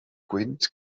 gwynt